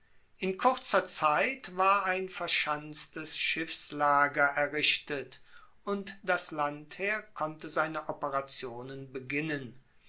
in kurzer zeit war ein verschanztes schiffslager errichtet und das landheer konnte seine operationen beginnen